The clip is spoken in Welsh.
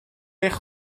eich